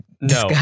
No